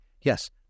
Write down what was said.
Yes